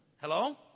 Hello